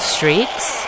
Streaks